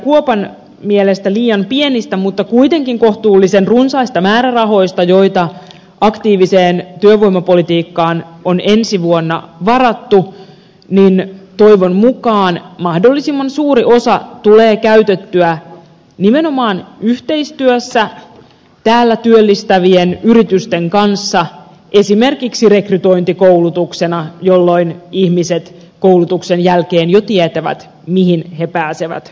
kuopan mielestä liian pienistä mutta kuitenkin kohtuullisen runsaista määrärahoista joita aktiiviseen työvoimapolitiikkaan on ensi vuonna varattu toivon mukaan mahdollisimman suuri osa tulee käytettyä nimenomaan yhteistyössä täällä työllistävien yritysten kanssa esimerkiksi rekrytointikoulutuksena jolloin ihmiset jo koulutuksen jälkeen tietävät mihin he pääsevät töihin